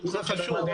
ועדות מתחום המדעים,